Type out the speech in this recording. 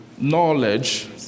knowledge